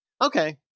okay